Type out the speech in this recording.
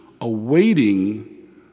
awaiting